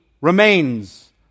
remains